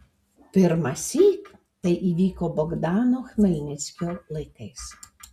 pirmąsyk tai įvyko bogdano chmelnickio laikais